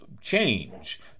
change